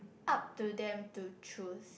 up to them to choose